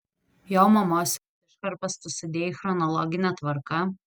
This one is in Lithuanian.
jo mamos iškarpas tu sudėjai chronologine tvarka